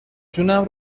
جونم